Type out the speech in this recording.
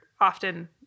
often